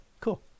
cool